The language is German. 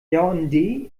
yaoundé